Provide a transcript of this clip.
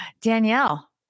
Danielle